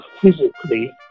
physically